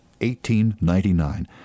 1899